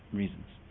reasons